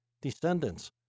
Descendants